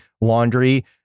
laundry